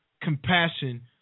compassion